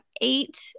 eight